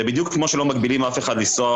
זה בדיוק כמו שלא מגבילים אף אחד לנסוע